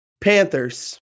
panthers